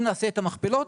אם נעשה את המכפלות,